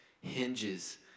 hinges